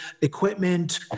equipment